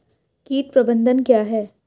कीट प्रबंधन क्या है?